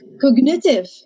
cognitive